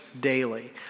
daily